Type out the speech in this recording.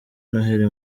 noheli